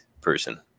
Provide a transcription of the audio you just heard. person